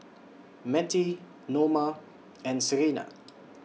Mettie Noma and Serina